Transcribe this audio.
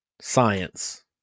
science